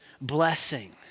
blessing